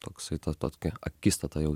toksai tad tokia akistata jau